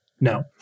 No